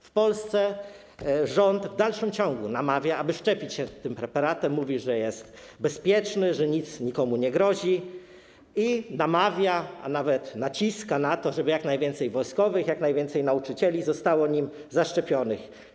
W Polsce rząd w dalszym ciągu namawia, aby szczepić się tym preparatem, mówi, że jest on bezpieczny, że nic nikomu nie grozi, i namawia, a nawet naciska na to, żeby jak najwięcej wojskowych, jak najwięcej nauczycieli zostało nim zaszczepionych.